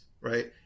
Right